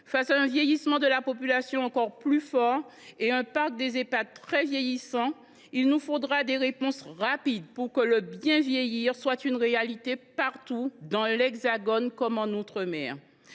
Face à un vieillissement de la population encore plus fort et à un parc des Ehpad très vieillissant, il nous faudra des réponses rapides pour que le bien vieillir soit une réalité partout, dans l’Hexagone comme en outre mer.